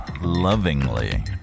Lovingly